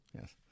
Yes